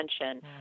attention